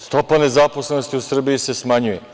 Stopa nezaposlenosti u Srbiji se smanjuje.